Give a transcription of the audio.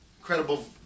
Incredible